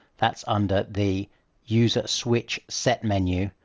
that's under the user switch set menu.